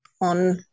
on